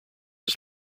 his